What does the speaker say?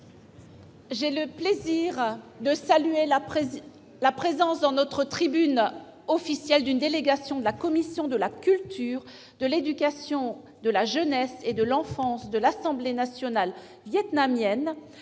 j'ai le plaisir de saluer la présence, dans notre tribune officielle, d'une délégation de la commission de la culture, de l'éducation, de la jeunesse et de l'enfance de l'Assemblée nationale vietnamienne,